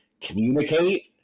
communicate